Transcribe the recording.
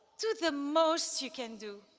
do the most you can do.